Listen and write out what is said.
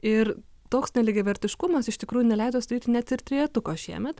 ir toks nelygiavertiškumas iš tikrųjų neleido sudaryti net ir trejetuko šiemet